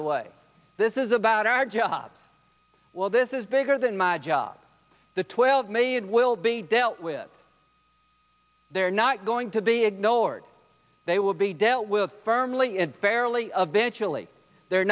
away this is about our jobs well this is bigger than my job the twelve million will be dealt with they're not going to be ignored they will be dealt with firmly and fairly of eventually they're